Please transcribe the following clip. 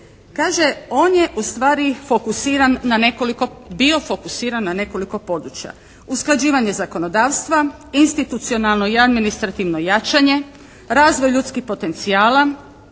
Kaže, on je ustvari bio fokusiran na nekoliko područja, usklađivanje zakonodavstva, institucionalno i administrativno jačanje, razvoj ljudskih potencijala,